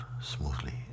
smoothly